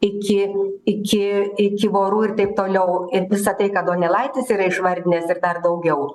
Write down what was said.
iki iki iki vorų ir taip toliau ir visa tai ką donelaitis yra išvardinęs ir dar daugiau